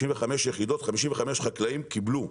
55 יחידות, 55 חקלאים קיבלו.